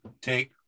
take